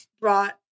brought